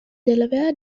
delaware